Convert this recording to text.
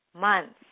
months